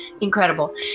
incredible